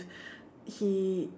he